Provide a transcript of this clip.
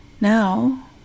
Now